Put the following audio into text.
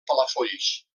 palafolls